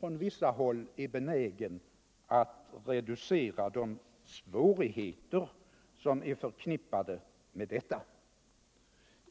på vissa håll är benägen att reducera de svårigheter som är förknippade med att realisera önskemålen.